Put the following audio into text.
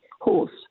horse